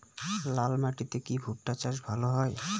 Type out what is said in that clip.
লাল মাটিতে কি ভুট্টা চাষ ভালো হয়?